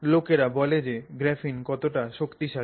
লোকেরা বলেও যে গ্রাফিন কতটা শক্তিশালী